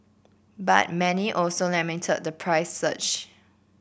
but many also lamented the price surge